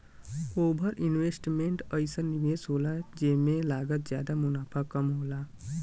over investment अइसन निवेस होला जेमे लागत जादा मुनाफ़ा कम होला